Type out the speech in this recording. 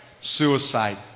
Suicide